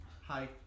Hi